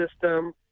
system